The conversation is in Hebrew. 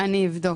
אני אבדוק.